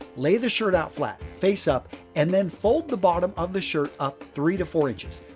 lay the shirt out flat face up and then fold the bottom of the shirt up three to four inches.